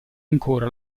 ancora